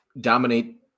dominate